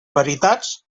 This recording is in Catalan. veritats